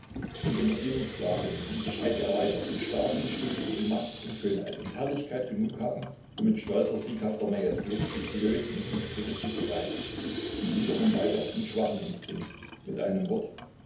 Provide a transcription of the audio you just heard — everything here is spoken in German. und unter diesen sklavinnen unterscheide er weiber mit starken instinkten die macht und schönheit und herrlichkeit genug haben um mit stolzer sieghafter majestät die blödsinnigen stricke zu zerreißen und wiederum weiber mit schwachen instinkten mit einem worte